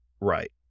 Right